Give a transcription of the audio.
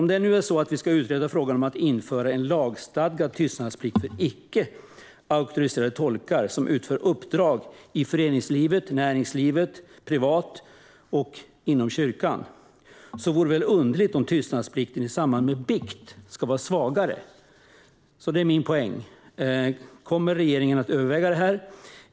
Om vi nu ska utreda frågan om att införa en lagstadgad tystnadsplikt för icke auktoriserade tolkar som utför uppdrag i föreningslivet, i näringslivet, privat och inom kyrkan vore det väl underligt om tystnadsplikten i samband med bikt ska vara svagare. Det är min poäng. Kommer regeringen att överväga detta?